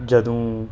जदूं